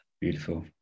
Beautiful